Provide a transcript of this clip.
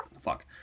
fuck